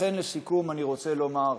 לכן, לסיכום, אני רוצה לומר,